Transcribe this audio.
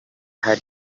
hard